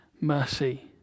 mercy